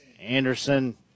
Anderson